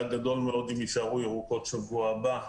גדול מאוד אם יישארו ירוקות בשבוע הבא,